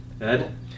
Ed